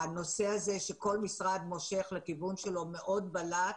הנושא הזה שכל משרד מושך לכיוון שלו מאוד בלט,